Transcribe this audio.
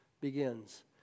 begins